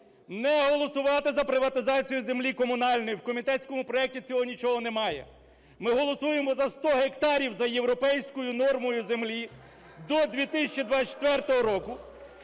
не голосувати за приватизацію землі комунальної. В комітетському проекті цього нічого немає. Ми голосуємо за 100 гектарів за європейською нормою землі до 2024 року.